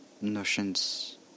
notions